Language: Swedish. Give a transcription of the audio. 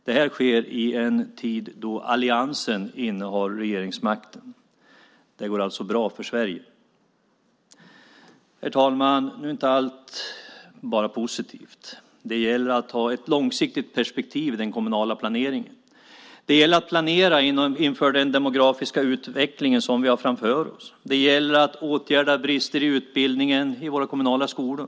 Det här sker i en tid då alliansen innehar regeringsmakten. Det går alltså bra för Sverige. Herr talman! Nu är inte allt bara positivt. Det gäller att ha ett långsiktigt perspektiv i den kommunala planeringen. Det gäller att planera inför den demografiska utveckling vi har framför oss. Det gäller att åtgärda brister i utbildningen i våra kommunala skolor.